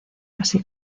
así